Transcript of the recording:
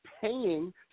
paying